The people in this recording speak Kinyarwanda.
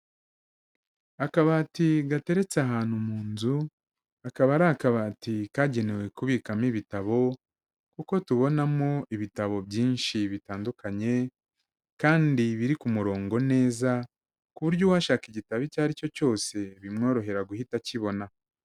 Akabati gateretse ahantu mu nzu, akaba ari akabati kagenewe kubikamo ibitabo kuko tubonamo ibitabo byinshi bitandukanye kandi biri ku murongo neza ku buryo uwashaka igitabo icyo ari cyo cyose bimworohera guhita akibona.